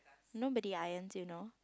nobody irons you know